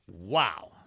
Wow